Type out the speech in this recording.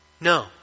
No